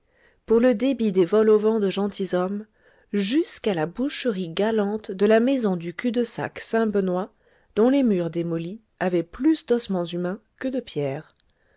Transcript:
pour le débit des vol au vent de gentilshommes jusqu'à la boucherie galante de la maison du cul-de-sac saint-benoît dont les murs démolis avaient plus d'ossements humains que de pierres